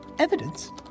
Evidence